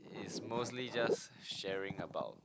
is mostly just sharing about